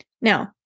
Now